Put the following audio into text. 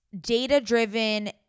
data-driven